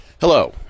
Hello